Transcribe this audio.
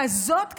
כזאת קטנה.